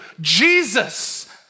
Jesus